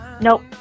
Nope